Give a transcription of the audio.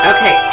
Okay